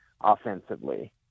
offensively